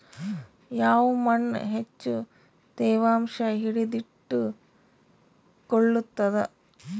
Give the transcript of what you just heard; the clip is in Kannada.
ಯಾವ್ ಮಣ್ ಹೆಚ್ಚು ತೇವಾಂಶ ಹಿಡಿದಿಟ್ಟುಕೊಳ್ಳುತ್ತದ?